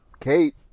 Kate